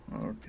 Okay